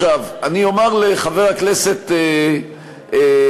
אני אומר לחבר הכנסת שי,